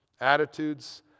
attitudes